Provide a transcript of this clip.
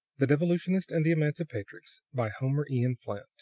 the devolutionist and the emancipatrix by homer eon flint